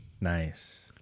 Nice